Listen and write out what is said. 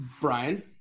Brian